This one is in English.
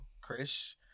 Chris